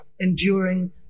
enduring